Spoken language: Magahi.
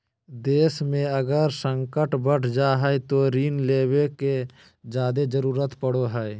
देश मे अगर संकट बढ़ जा हय तो ऋण लेवे के जादे जरूरत पड़ो हय